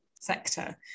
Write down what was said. sector